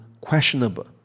questionable